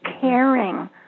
caring